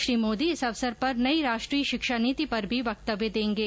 श्री मोदी इस अवसर पर नई राष्ट्रीय शिक्षा नीति पर भी वक्तव्य देंगे